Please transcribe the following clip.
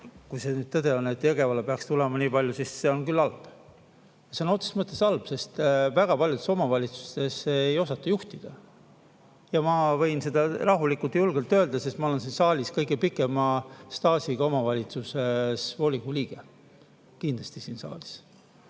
Kui see nüüd tõde on, et Jõgevale peaks tulema nii palju, siis see on küll halb. Sõna otseses mõttes halb, sest väga paljudes omavalitsustes ei osata juhtida. Ma võin seda rahulikult ja julgelt öelda, sest ma olen siin saalis kõige pikema staažiga omavalitsuse volikogu liige. Või ma ei tea,